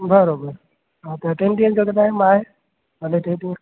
बराबरि हा त टिनि ॾींहंनि जो टाइम आहे हले टे ॾींहं